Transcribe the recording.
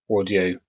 audio